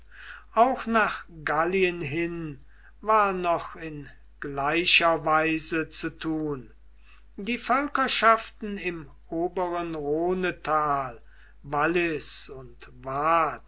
auch nach gallien hin war noch in gleicher weise zu tun die völkerschaften im oberen rhonethal wallis und waadt